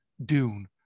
Dune